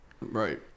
Right